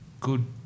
good